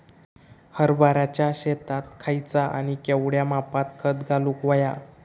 हरभराच्या शेतात खयचा आणि केवढया मापात खत घालुक व्हया?